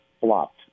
flopped